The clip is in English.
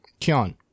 Kion